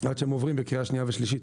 עד שהם עוברים בקריאה שנייה ושלישית.